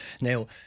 Now